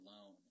alone